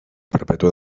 perpètua